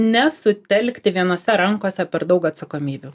nesutelkti vienose rankose per daug atsakomybių